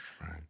right